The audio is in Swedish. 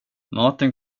maten